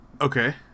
Okay